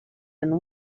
and